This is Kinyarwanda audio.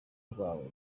rwawe